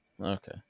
Okay